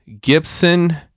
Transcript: Gibson